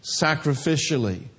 sacrificially